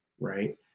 right